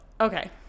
okay